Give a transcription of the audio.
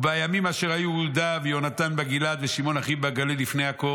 ובימים אשר היו יהודה ויונתן בגלעד ושמעון אחיו בגליל לפני עכו